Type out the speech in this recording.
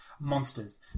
monsters